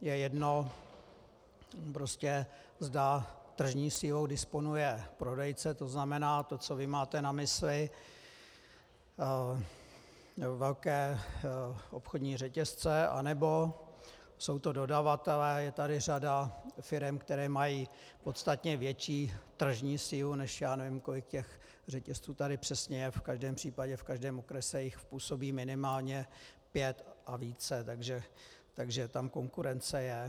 je jedno prostě, zda tržní silou disponuje prodejce, to znamená to, co vy máte na mysli, velké obchodní řetězce, nebo jsou to dodavatelé, je tady řada firem, které mají podstatně větší tržní sílu než já nevím, kolik těch řetězců tady přesně je, v každém případě v každém okrese jich působí minimálně pět a více, takže tam konkurence je.